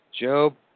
Job